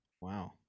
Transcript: Wow